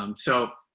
um so,